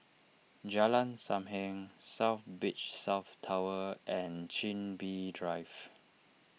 Jalan Sam Heng South Beach South Tower and Chin Bee Drive